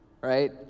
right